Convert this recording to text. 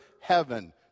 heaven